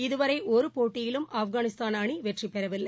இதுவரைஒருபோட்டியிலும் Afghanistan அணிவெற்றிபெறவில்லை